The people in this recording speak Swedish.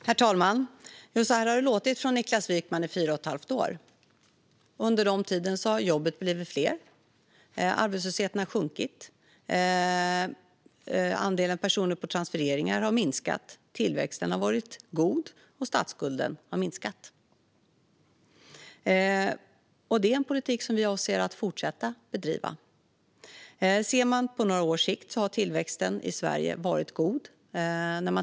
Herr talman! Så här har det låtit från Niklas Wykman i fyra och ett halvt år. Under den tiden har jobben blivit fler, och arbetslösheten har sjunkit. Andelen personer på transfereringar har minskat, tillväxten har varit god och statsskulden har minskat. Det är en politik som vi avser att fortsätta bedriva. Ser man tillbaka några år på andra jämförbara länder har tillväxten i Sverige varit god.